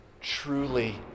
truly